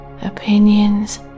opinions